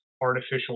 artificial